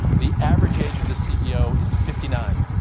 the average age of the ceo is fifty nine.